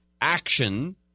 action